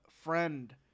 friend